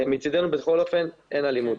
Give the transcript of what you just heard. מצדנו אין אלימות.